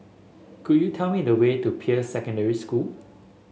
could you tell me the way to Peirce Secondary School